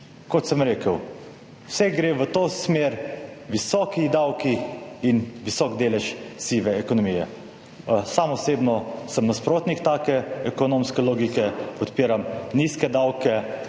Kot sem rekel, vse gre v to smer, visoki davki in visok delež sive ekonomije. Sam osebno sem nasprotnik take ekonomske logike, podpiram nizke davke,